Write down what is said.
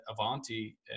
Avanti